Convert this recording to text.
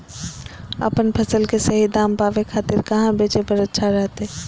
अपन फसल के सही दाम पावे खातिर कहां बेचे पर अच्छा रहतय?